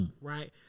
Right